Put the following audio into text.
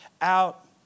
out